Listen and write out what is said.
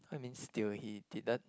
what you mean still he didn't